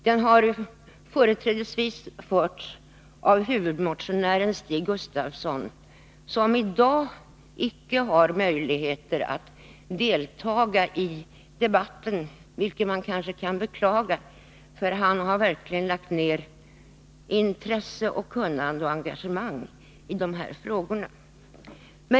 Den har företrädesvis förts av huvudmotionären Stig Gustafsson, som i dag icke har möjlighet att delta i debatten, vilket man kanske kan beklaga, eftersom han verkligen har lagt ned intresse, kunnande och engagemang i dessa frågor.